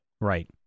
Right